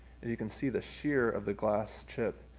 and you can see the sheer of the glass chip.